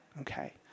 Okay